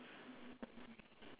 wait rooftop